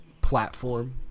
platform